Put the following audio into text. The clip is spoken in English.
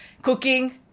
Cooking